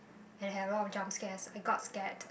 and had a lot of jump scares I got scared